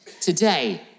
Today